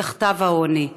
מתחתיו העוני.